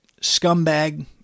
scumbag